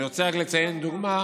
אני רוצה רק לציין דוגמה.